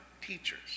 teachers